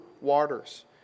waters